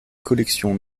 collections